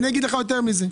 אני אגיד לך יותר מזה.